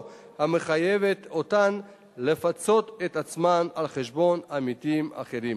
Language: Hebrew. המחייבת אותן לפצות את עצמן על חשבון עמיתים אחרים.